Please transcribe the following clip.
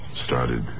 started